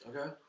Okay